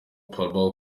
palau